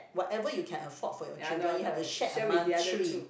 whatever you can afford for your children you have to share among three